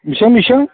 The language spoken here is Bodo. बेसां बेसां